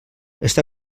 està